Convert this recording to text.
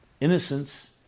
Innocence